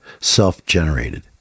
Self-generated